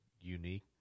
unique